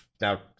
now